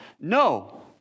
No